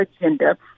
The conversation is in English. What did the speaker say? agenda